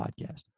podcast